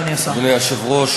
אדוני השר.